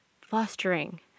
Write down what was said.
fostering